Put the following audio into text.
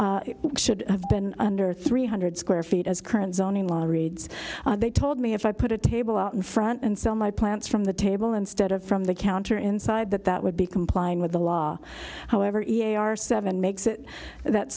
space should have been under three hundred square feet as current zoning law reads they told me if i put a table out in front and sell my plants from the table instead of from the counter inside that that would be complying with the law however are seven makes it that